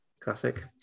Classic